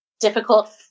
difficult